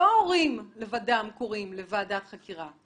לא ההורים לבדם קוראים לוועדת חקירה,